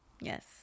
Yes